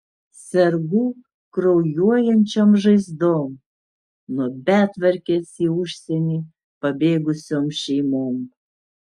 sergu kraujuojančiom žaizdom nuo betvarkės į užsienį pabėgusiom šeimom